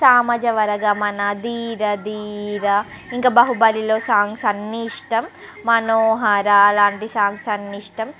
సామజవరగమన ధీర ధీర ఇంకా బాహుబలిలో సాంగ్స్ అన్నీ ఇష్టం మనోహరా లాంటి సాంగ్స్ అన్నీ ఇష్టం